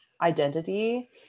identity